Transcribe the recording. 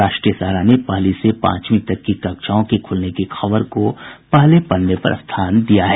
राष्ट्रीय सहारा ने पहली से पांचवीं तक की कक्षाओं के खुलने की खबर को पहले पन्ने पर स्थान दिया है